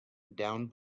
down